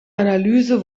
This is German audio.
analyse